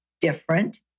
different